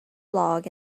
log